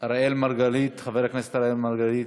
חבר הכנסת אראל מרגלית?